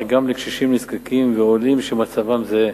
אך גם לקשישים נזקקים ועולים שמצבם זהה.